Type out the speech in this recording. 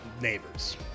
neighbors